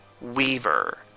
Weaver